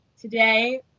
Today